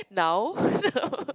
now